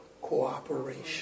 cooperation